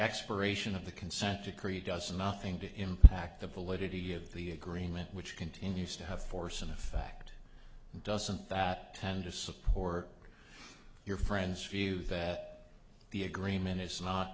expiration of the consent decree does nothing to impact the validity of the agreement which continues to have force and in fact doesn't that tend to support your friends few that the agreement is not